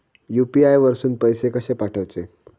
UPI वरसून पैसे कसे पाठवचे?